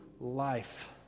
life